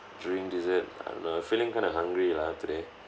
drink desert I don't know I'm feeling kind of hungry lah today